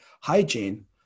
hygiene